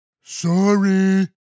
Sorry